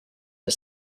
for